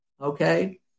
okay